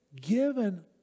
given